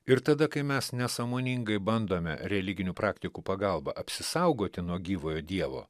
ir tada kai mes nesąmoningai bandome religinių praktikų pagalba apsisaugoti nuo gyvojo dievo